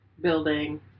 building